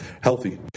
healthy